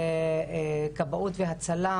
כבאות והצלה,